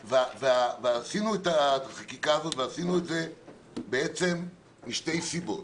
עשינו את החקיקה הזאת ועשינו את זה בעצם משתי סיבות: